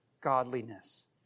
godliness